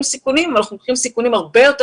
סיכונים אבל אנחנו לוקחים סיכונים הרבה יותר